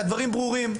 הדברים ברורים.